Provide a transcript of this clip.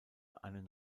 einen